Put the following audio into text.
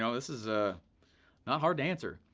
so this is ah not hard to answer.